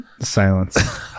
silence